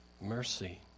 mercy